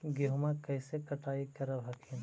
गेहुमा कैसे कटाई करब हखिन?